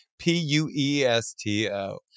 P-U-E-S-T-O